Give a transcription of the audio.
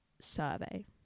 survey